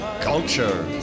Culture